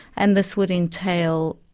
and this would entail,